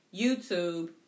YouTube